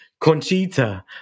Conchita